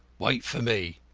wait for me.